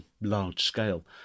large-scale